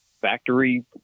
factory